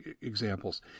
examples